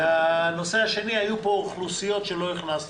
הנושא השני, היו פה אוכלוסיות שלא הכנסנו.